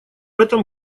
этом